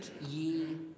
Ye